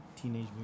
Teenage